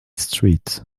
street